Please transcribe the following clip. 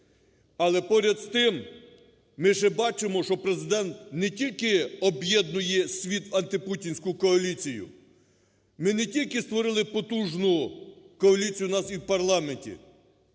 Але поряд з тим, ми ще бачимо, що Президент не тільки об'єднує світ, антипутінську коаліцію, ми не тільки створили потужну коаліцію в нас в парламенті,